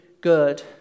good